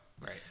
right